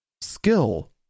Skill